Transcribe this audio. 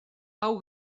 hau